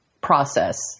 process